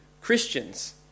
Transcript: Christians